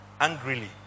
angrily